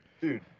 Dude